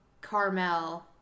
carmel